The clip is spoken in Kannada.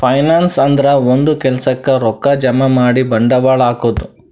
ಫೈನಾನ್ಸ್ ಅಂದ್ರ ಒಂದ್ ಕೆಲ್ಸಕ್ಕ್ ರೊಕ್ಕಾ ಜಮಾ ಮಾಡಿ ಬಂಡವಾಳ್ ಹಾಕದು